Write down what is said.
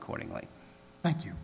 accordingly thank you